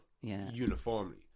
uniformly